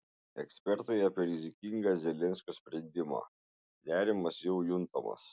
ekspertai apie rizikingą zelenskio sprendimą nerimas jau juntamas